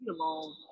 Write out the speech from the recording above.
alone